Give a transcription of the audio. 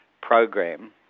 program